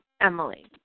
Emily